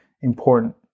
important